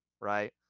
Right